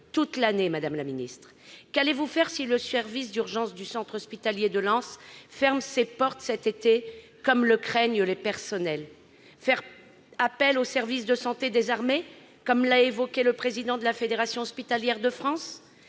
toute l'année. Qu'allez-vous faire si le service d'urgences du centre hospitalier de Lens ferme ses portes cet été, comme le craignent les personnels ? Allez-vous faire appel au service de santé des armées, comme l'a évoqué le président de la Fédération hospitalière de France ?